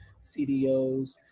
CDOs